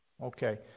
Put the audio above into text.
Okay